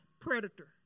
predator